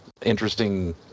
interesting